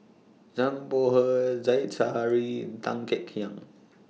Zhang Bohe Said Zahari Tan Kek Hiang